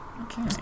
Okay